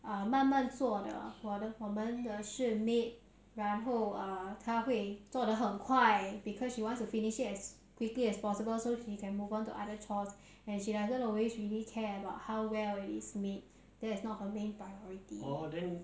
mm 对咯我喜欢咯 okay I think it's time to eat dinner now 再见